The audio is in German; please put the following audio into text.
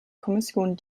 kommission